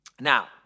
Now